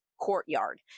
courtyard